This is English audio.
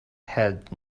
had